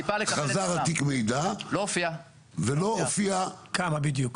הוא ציפה לקבל --- חזר תיק המידע ולא הופיע כמה בדיוק.